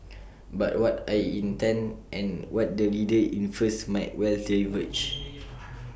but what I intend and what the reader infers might well diverge